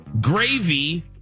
gravy